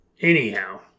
anyhow